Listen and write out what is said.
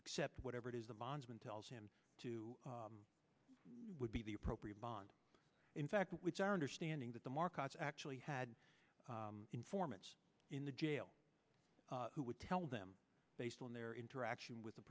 accept whatever it is the bondsman tells him to would be the appropriate bond in fact which our understanding that the markets actually had informants in the jail who would tell them based on their interaction with the